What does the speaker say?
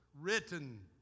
written